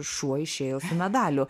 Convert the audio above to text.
šuo išėjo medalių